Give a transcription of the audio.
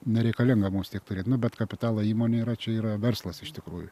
nereikalinga mums tiek turėt nu bet kapitalo įmonė yra čia yra verslas iš tikrųjų